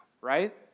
right